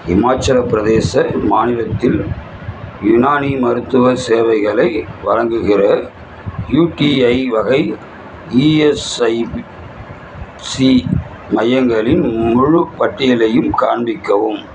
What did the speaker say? இமாச்சலப் பிரதேச மாநிலத்தில் யுனானி மருத்துவ சேவைகளை வழங்குகிற யுடிஐ வகை இஎஸ்ஐசி மையங்களின் முழு பட்டியலையும் காண்பிக்கவும்